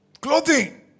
clothing